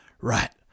right